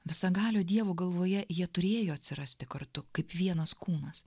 visagalio dievo galvoje jie turėjo atsirasti kartu kaip vienas kūnas